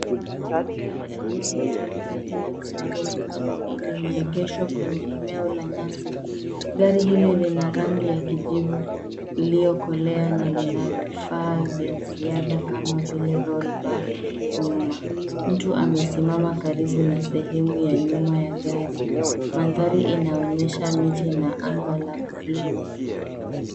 Gari aina ya Toyota Hilux double cabin limeegeshwa kwenye eneo la nyasi. Gari hili lina rangi ya kijivu iliyokolea na lina vifaa vya ziada kama vile roll bar nyuma. Mtu amesimama karibu na sehemu ya nyuma ya gari. Mandhari inaonyesha miti na anga la bluu.